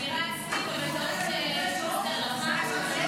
אני רצתי ובטעות שוסטר לחץ.